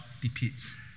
depicts